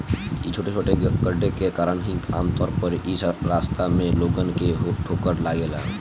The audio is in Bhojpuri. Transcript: इ छोटे छोटे गड्ढे के कारण ही आमतौर पर इ रास्ता में लोगन के ठोकर लागेला